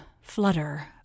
flutter